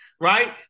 right